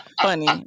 funny